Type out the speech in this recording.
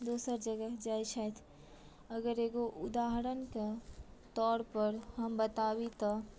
दोसर जगह जाइ छथि अगर एगो उदहारणके तौर पर हम बताबी तऽ